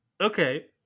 okay